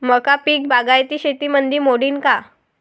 मका पीक बागायती शेतीमंदी मोडीन का?